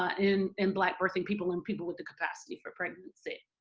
ah in in black birthing people and people with the capacity for pregnancy.